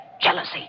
jealousy